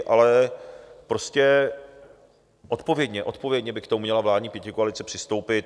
Ale prostě odpovědně odpovědně by k tomu měla vládní pětikoalice přistoupit.